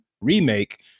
remake